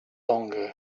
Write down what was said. longer